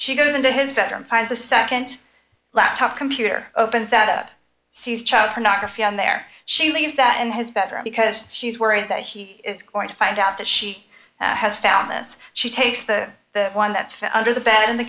she goes into his bedroom finds a nd laptop computer opens that up sees child pornography on there she leaves that in his bedroom because she's worried that he is going to find out that she has found this she takes the the one that's found under the bed in the